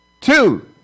Two